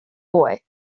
boy